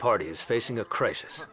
parties facing a crisis